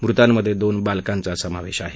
मृतांमधे दोन बालकांचा समावेश आहे